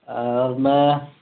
اور میں